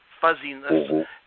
fuzziness